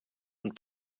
und